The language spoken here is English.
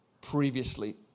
previously